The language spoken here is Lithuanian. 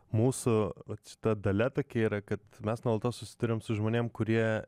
mūsų vat šita dalia tokia yra kad mes nuolatos susiduriam su žmonėm kurie